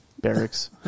barracks